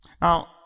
Now